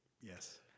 Yes